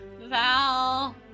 Val